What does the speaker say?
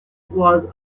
was